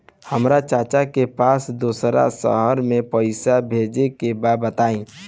हमरा चाचा के पास दोसरा शहर में पईसा भेजे के बा बताई?